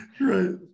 Right